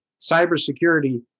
cybersecurity